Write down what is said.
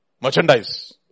Merchandise